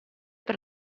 per